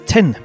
Ten